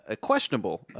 questionable